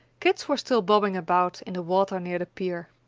kit's were still bobbing about in the water near the pier.